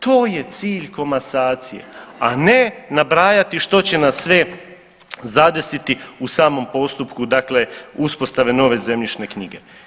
To je cilj komasacije, a ne nabrajati što će nas sve zadesiti u samom postupku, dakle uspostave nove zemljišne knjige.